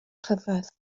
rhyfedd